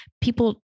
people